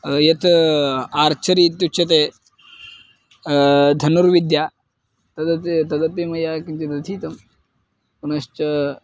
यत् आर्चरि इत्युच्यते धनुर्विद्या तदपि तदपि मया किञ्चित् अधीतं पुनश्च